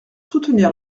soutenir